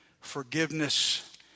forgiveness